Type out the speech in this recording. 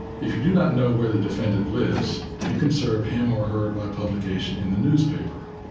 if you do not know where the defendant lives, you can serve him or her by publication in the newspaper.